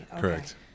Correct